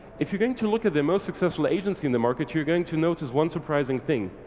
if you're going to look at the most successful agency in the market you're going to notice one surprising thing.